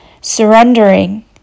surrendering